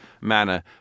manner